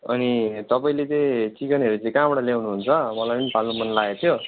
अनि तपाईँले चाहिँ चिकनहरू चाहिँ कहाँबाट ल्याउनुहुन्छ मलाई पनि पाल्नु मनलागेको थियो